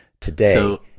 today